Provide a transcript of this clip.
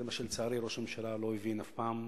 זה מה שלצערי ראש הממשלה לא הבין אף פעם,